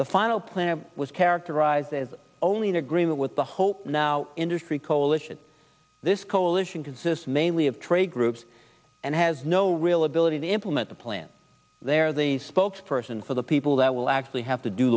the final plan was characterized as only in agreement with the hope now industry coalition this coalition consists mainly of trade groups and has no real ability to implement the plan they're the spokesperson for the people that will actually have to do